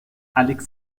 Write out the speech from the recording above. alex